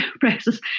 prices